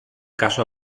caso